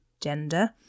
gender